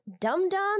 dum-dum